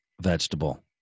vegetable